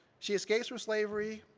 she escapes from slavery